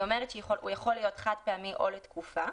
היא אומרת שהוא יכול להיות חד פעמי או לתקופה.